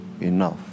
enough